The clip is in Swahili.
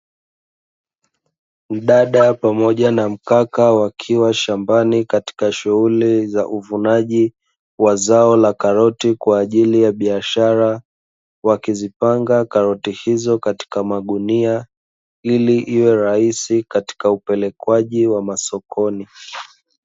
Mdada pamoja na mkaka wakiwa shambani katika shughuli za uvunaji, wa zao la karoti kwa ajili ya biashara, wakizipanga karoti hizo katika magunia, ili iwe rahisi katika upelekwaji wa masokoni.